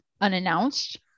unannounced